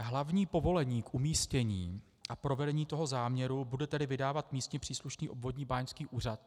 Hlavní povolení k umístění a provedení toho záměru bude tedy vydávat místně příslušný obvodní báňský úřad.